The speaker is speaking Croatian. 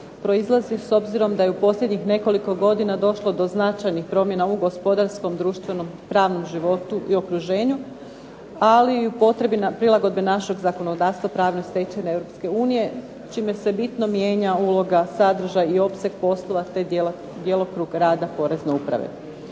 proizlazi s obzirom da je u posljednjih nekoliko godina došlo do značajnih promjena u gospodarskom, društvenom pravnom životu i okruženju, ali i u potrebi prilagodbe našeg zakonodavstva pravnoj stečevini Europske unije čime se bitno mijenja uloga, sadržaj i opseg poslova, te djelokrug rada Porezne uprave.